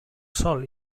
sol